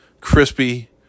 crispy